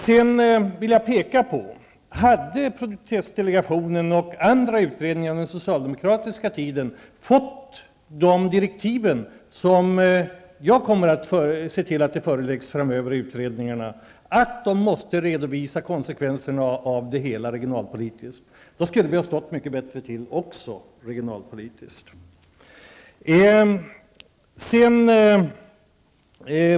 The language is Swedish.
Jag vill peka på att om produktivitetsdelegationen och andra utredningar under den socialdemokratiska tiden fått de direktiv som jag kommer att se till föreläggs utredningarna framöver, att de måste redovisa konsekvenserna av sitt arbete regionalpolitiskt, då skulle vi ha haft ett bättre regionalpolitiskt läge.